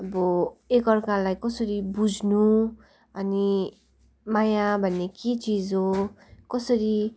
अब एकाअर्कालाई कसरी बुझ्नु अनि माया भन्ने के चिज हो कसरी